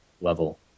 level